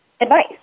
advice